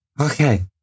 okay